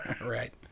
right